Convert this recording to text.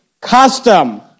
custom